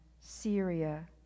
Syria